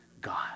God